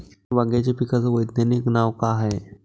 वांग्याच्या पिकाचं वैज्ञानिक नाव का हाये?